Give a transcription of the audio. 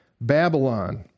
Babylon